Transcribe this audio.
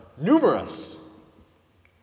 Numerous